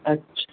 अच्छा